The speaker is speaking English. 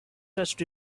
touched